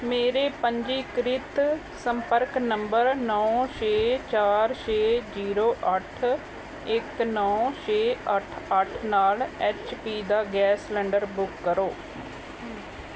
ਮੇਰੇ ਪੰਜੀਕ੍ਰਿਤ ਸੰਪਰਕ ਨੰਬਰ ਨੌਂ ਛੇ ਚਾਰ ਛੇ ਜ਼ੀਰੋ ਅੱਠ ਇੱਕ ਨੌਂ ਛੇ ਅੱਠ ਅੱਠ ਨਾਲ ਐਚ ਪੀ ਦਾ ਗੈਸ ਸਿਲੰਡਰ ਬੁੱਕ ਕਰੋ